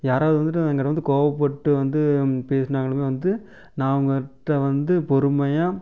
யாராவது வந்துவிட்டு ஏங்கிட்ட வந்துவிட்டு கோபப்பட்டு வந்து பேசுனாங்களுமே வந்து நான் அவங்கக்கிட்ட வந்து பொறுமையாக